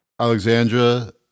Alexandra